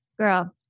girl